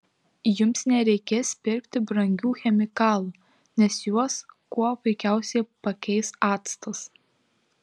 jums nereikės pirkti brangių chemikalų nes juos kuo puikiausiai pakeis actas